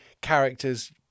character's